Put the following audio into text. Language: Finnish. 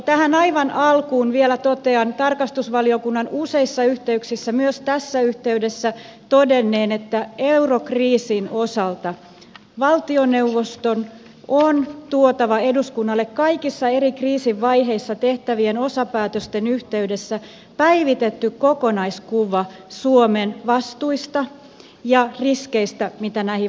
tähän aivan alkuun vielä totean tarkastusvaliokunnan useissa yhteyksissä myös tässä yhteydessä todenneen että eurokriisin osalta valtioneuvoston on tuotava eduskunnalle kaikissa eri kriisin vaiheissa tehtävien osapäätösten yhteydessä päivitetty kokonaiskuva suomen vastuista ja riskeistä mitä näihin vastuihin liittyy